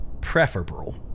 preferable